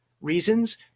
reasons